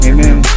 Amen